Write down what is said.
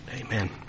Amen